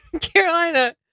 Carolina